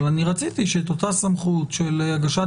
אבל אני רציתי שאת אותה סמכות של הגשת